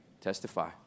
Testify